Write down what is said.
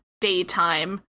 daytime